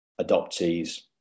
adoptees